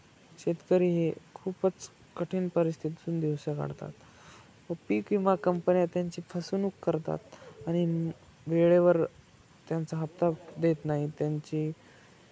शेतकरी हे खूपच कठीण परिस्थितीतून दिवस काढतात व पीक विमा कंपन्या त्यांची फसवणूक करतात आणि वेळेवर त्यांचा हप्ता देत नाही त्यांची